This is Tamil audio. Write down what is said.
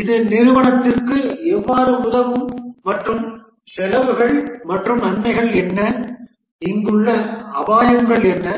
இது நிறுவனத்திற்கு எவ்வாறு உதவும் மற்றும் செலவுகள் மற்றும் நன்மைகள் என்ன இங்குள்ள அபாயங்கள் என்ன